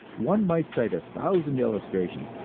one might cite a thousand illustrations,